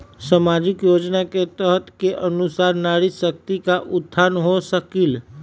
सामाजिक योजना के तहत के अनुशार नारी शकति का उत्थान हो सकील?